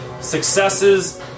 successes